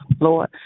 Lord